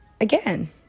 again